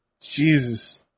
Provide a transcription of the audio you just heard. Jesus